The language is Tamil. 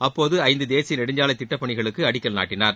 அப்போது ஐந்து தேசிய நெடுஞ்சாலை திட்டப் பணிகளுக்கு அடிக்கல் நாட்டினார்